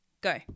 go